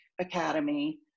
academy